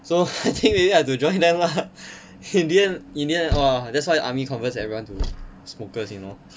so I think maybe I should join them lah in the end in the end !wah! that's why the army converts everyone to smokers you know